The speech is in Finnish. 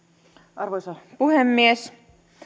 arvoisa puhemies